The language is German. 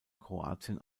kroatien